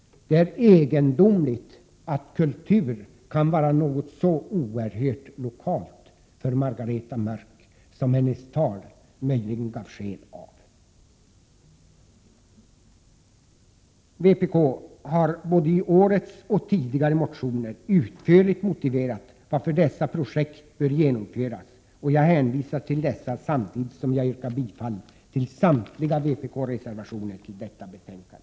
Det är egendomligt om kultur skulle vara något så oerhört lokalt som Margareta Mörcks tal gav sken av. Vpk har både i årets och i tidigare motioner utförligt motiverat varför de här projekten bör genomföras, och jag hänvisar till dessa motioner. Samtidigt yrkar jag bifall till samtliga vpk-reservationer vid detta betänkande.